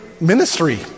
ministry